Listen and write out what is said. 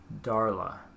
Darla